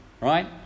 right